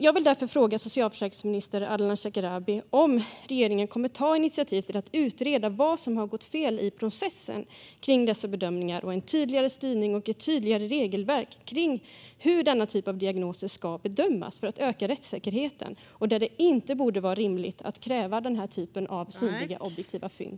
Jag vill därför fråga socialförsäkringsminister Ardalan Shekarabi om regeringen kommer att ta initiativ till att utreda vad som har gått fel i processen kring dessa bedömningar så att vi kan få en tydligare styrning och ett tydligare regelverk för hur denna typ av diagnoser ska bedömas för att rättssäkerheten ska öka och det inte ska kunna vara rimligt att kräva den här typen av synliga, objektiva fynd.